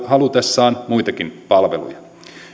halutessaan muitakin palveluja